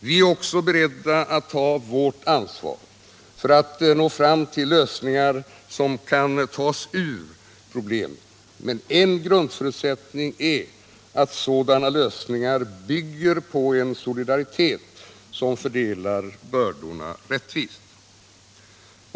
Vi är också beredda att ta vårt ansvar för att nå fram till lösningar som kan ta oss ur problemen. Men en grundförutsättning är att sådana lösningar bygger på en solidaritet som fördelar bördorna rättvist.